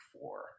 four